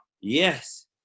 Yes